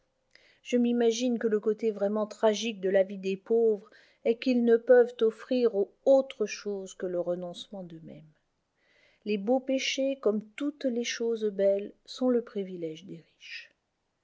je m'imagine que le côté vraiment tragique de la vie des pauvres est qu'ils ne peuvent offrir autre chose que le renoncement d'eux-mêmes les beaux péchés comme toutes les choses belles sont le privilège des riches